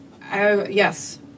Yes